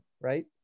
right